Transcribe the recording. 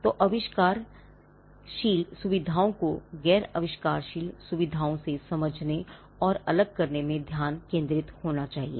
तो आविष्कारशील सुविधाओं को गैर आविष्कारशील सुविधाओं से समझने और अलग करने में ध्यान केंद्रित होना चाहिए